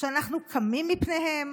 שאנחנו קמים בפניהם,